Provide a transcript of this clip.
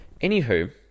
Anywho